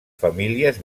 famílies